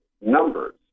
numbers